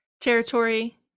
territory